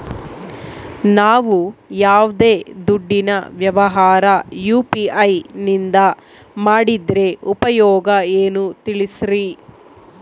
ನಾವು ಯಾವ್ದೇ ದುಡ್ಡಿನ ವ್ಯವಹಾರ ಯು.ಪಿ.ಐ ನಿಂದ ಮಾಡಿದ್ರೆ ಉಪಯೋಗ ಏನು ತಿಳಿಸ್ರಿ?